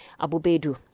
Abubedu